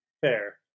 Fair